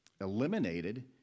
eliminated